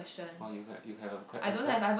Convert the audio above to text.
or you can you have a quite answer